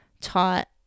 taught